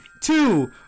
two